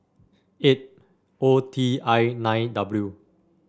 eight O T I nine W